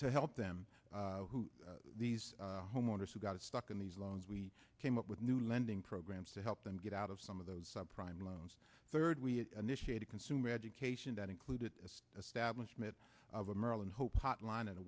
to help them who are these homeowners who got stuck in these loans we came up with new lending programs to help them get out of some of those subprime loans third we initiated consumer education that included a stablish myth of a maryland hope hotline a